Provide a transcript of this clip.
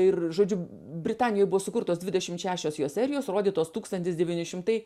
ir žodžiu britanijoj buvo sukurtos dvidešimt šešios jo serijos rodytos tūkstantis devyni šimtai